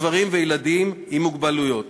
גברים וילדים עם מוגבלויות.